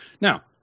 Now